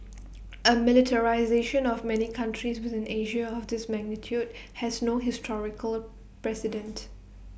A militarisation of many countries within Asia of this magnitude has no historical precedent